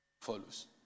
follows